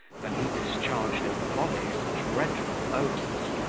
than he discharged a volley of dreadful oaths,